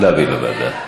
להעביר לוועדה.